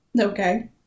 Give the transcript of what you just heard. Okay